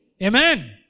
Amen